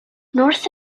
north